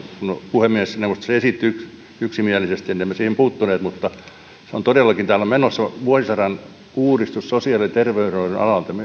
puhemiesneuvostossa esitettiin yksimielisesti emme siihen puuttuneet mutta todellakin täällä on menossa vuosisadan uudistus sosiaali ja terveydenhoidon alalla